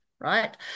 right